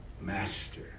master